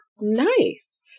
Nice